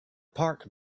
park